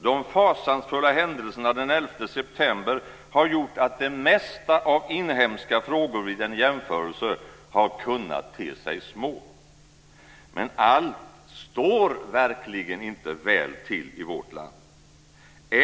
De fasansfulla händelserna den 11 september har gjort att de flesta inhemska frågor vid en jämförelse kunnat te sig små. Men allt står verkligen inte väl till i vårt land.